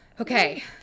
Okay